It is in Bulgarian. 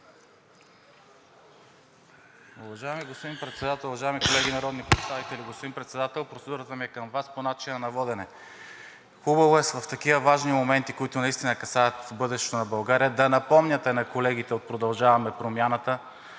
Уважаеми господин Председател, уважаеми колеги народни представители! Господин Председател, процедурата ми е към Вас – по начина на водене. Хубаво е в такива важни моменти, които наистина касаят бъдещето на България, да напомняте на колегите от „Продължаваме Промяната“,